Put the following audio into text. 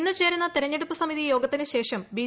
ഇന്ന് ചേരുന്ന തെരഞ്ഞെടുപ്പ് സമിതി യോഗത്തിന് ്ട്രേ്ഷം ബി